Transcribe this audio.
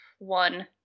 One